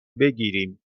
بگیریم